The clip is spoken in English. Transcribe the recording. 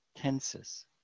tenses